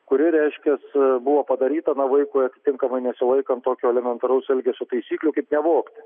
kuri reiškias buvo padaryta na vaikui atitinkamai nesilaikant tokio elementaraus elgesio taisyklių kaip nevogti